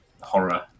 horror